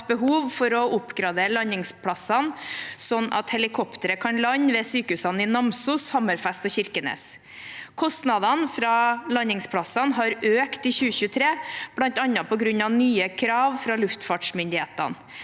behov for å oppgradere landingsplassene sånn at helikoptre kan lande ved sykehusene i Namsos, Hammerfest og Kirkenes. Kostnadene for landingsplassene har økt i 2023, bl.a. på grunn av nye krav fra luftfartsmyndighetene.